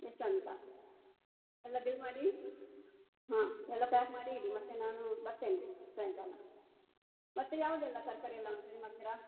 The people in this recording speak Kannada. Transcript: ಎಷ್ಟು ಅಂತ ಎಲ್ಲ ಬಿಲ್ ಮಾಡಿ ಹಾಂ ಎಲ್ಲ ಪ್ಯಾಕ್ ಮಾಡಿ ಇಡಿ ಮತ್ತು ನಾನು ಬರ್ತೇನೆ ಸಾಯಂಕಾಲ ಮತ್ತು ಯಾವುದೆಲ್ಲ ತರಕಾರಿಯೆಲ್ಲ ಉಂಟು ನಿಮ್ಮ ಹತ್ತಿರ